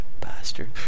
bastard